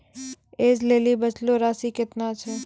ऐज लेली बचलो राशि केतना छै?